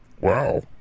Wow